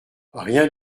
rien